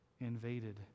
invaded